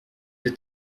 êtes